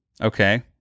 Okay